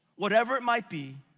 whatever it might be.